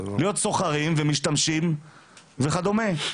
להיות סוחרים ומשתמשים וכדומה.